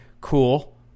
cool